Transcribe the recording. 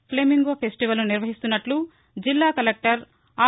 flamingo ఫెస్టివల్ను నిర్వహిస్తున్నట్లు జిల్లా కలెక్టర్ ఆర్